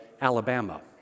Alabama